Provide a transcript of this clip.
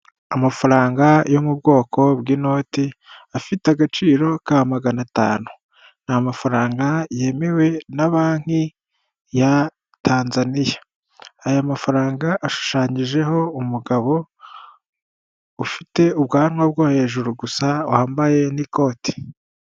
Amafaranga yo mu bwoko bw'inoti afite agaciro ka magana atanu, ni amafaranga yemewe na banki ya Tanzaniya, aya mafaranga ashushanyijeho umugabo ufite ubwanwa bwo hejuru gusa wambaye n'ikoti.